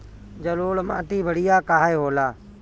जलोड़ माटी बढ़िया काहे होला?